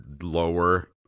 lower